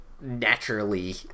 naturally